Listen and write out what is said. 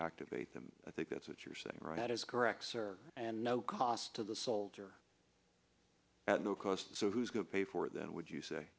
activate them i think that's what you're saying right is correct sir and no cost to the soldier at no cost so who's going to pay for it then would you say